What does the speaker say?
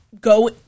go